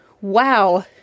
wow